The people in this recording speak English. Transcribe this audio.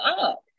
up